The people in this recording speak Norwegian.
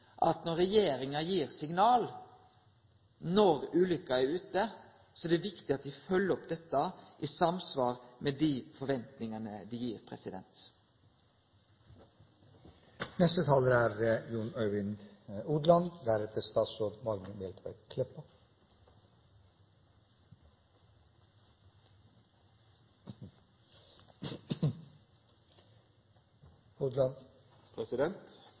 at når regjeringa gir signal når ulukka er ute, er det viktig at dei følgjer opp dette, i samsvar med dei forventningane dei gir. Det blir et kort innlegg, som kommer på bakgrunn av representanten Myraunes filosofering over klimaendringer. Det er